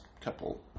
couple